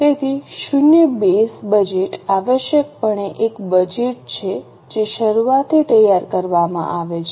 તેથી શૂન્ય base budget આવશ્યકપણે એક બજેટ છે જે શરૂઆતથી તૈયાર કરવામાં આવે છે